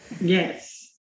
Yes